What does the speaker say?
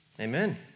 Amen